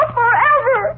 forever